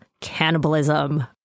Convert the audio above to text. cannibalism